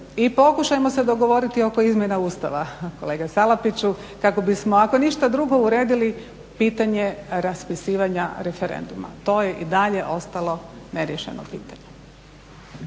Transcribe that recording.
i pokušajmo se dogovoriti oko izmjena Ustava kolega Salapiću kako bismo ako ništa drugo uredili pitanje raspisivanja referenduma. To je i dalje ostalo neriješeno pitanje.